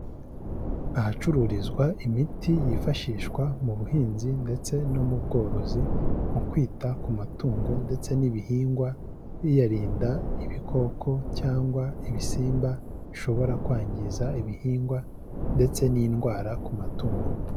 Ahacururizwa imiti yifashishwa mu buhinzi ndetse no mu bworozi, mu kwita ku matungo ndetse n'ibihingwa biyarinda ibikoko cyangwa ibisimba bishobora kwangiza ibihingwa ndetse n'indwara ku matungo.